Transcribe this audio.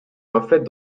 reflète